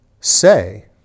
say